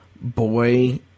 boy